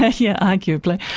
yes yeah arguably.